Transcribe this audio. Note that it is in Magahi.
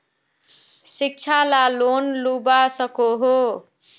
शिक्षा ला लोन लुबा सकोहो?